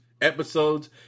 episodes